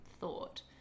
thought